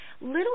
little